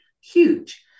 huge